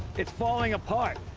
it's falling apart!